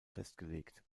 festgelegt